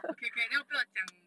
okay okay then 我不要讲